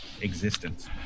existence